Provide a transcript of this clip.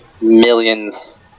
millions